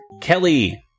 Kelly